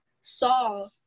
saw